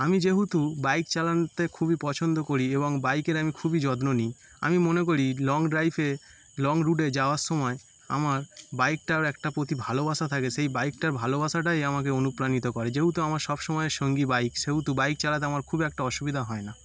আমি যেহেতু বাইক চালানোতে খুবই পছন্দ করি এবং বাইকের আমি খুবই যত্ন নিই আমি মনে করি লং ড্রাইভে লং রুটে যাওয়ার সময় আমার বাইকটারও একটা প্রতি ভালোবাসা থাকে সেই বাইকটার ভালোবাসাটাই আমাকে অনুপ্রাণিত করে যেহেতু আমার সব সময়ের সঙ্গী বাইক সেহতু বাইক চালাতে আমার খুব একটা অসুবিধা হয় না